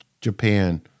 Japan